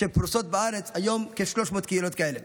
שפרוסות בארץ, היום כ-300 קהילות כאלה.